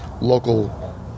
local